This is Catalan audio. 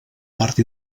part